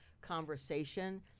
conversation